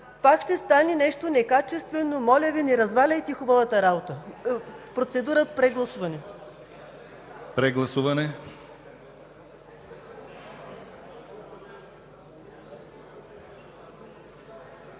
Пак ще стане нещо некачествено. Моля Ви, не разваляйте хубавата работа! Процедура по прегласуване.